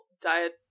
diet